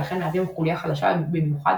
ולכן מהווים חוליה חלשה במיוחד,